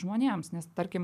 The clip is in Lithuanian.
žmonėms nes tarkim